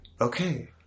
Okay